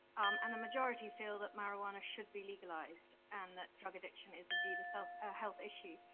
and the majority feel that marijuana should be legalized and that drug addiction is indeed a self ah health issue.